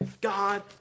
God